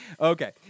Okay